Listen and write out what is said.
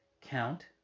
Count